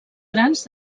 grans